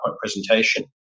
presentation